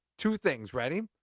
two things. ready?